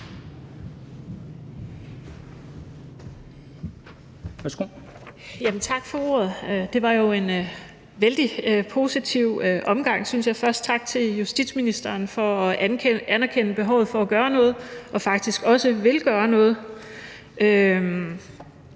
Tak for ordet. Det var jo en vældig positiv omgang, synes jeg. Først tak til justitsministeren for at anerkende behovet for at gøre noget og faktisk også at ville gøre noget,